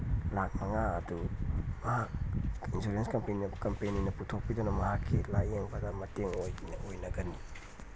ꯂꯥꯛ ꯃꯉꯥ ꯑꯗꯨ ꯃꯍꯥꯛ ꯏꯟꯁꯨꯔꯦꯟꯁ ꯀꯝꯄꯅꯤꯅ ꯀꯝꯄꯅꯤꯅ ꯄꯨꯊꯣꯛꯄꯤꯗꯨꯅ ꯃꯍꯥꯛꯀꯤ ꯂꯥꯏꯌꯦꯡꯕꯗ ꯃꯇꯦꯡ ꯑꯣꯏꯅ ꯑꯣꯏꯅꯒꯅꯤ